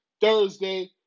Thursday